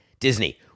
Disney